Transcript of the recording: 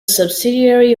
subsidiary